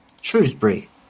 Shrewsbury